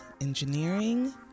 engineering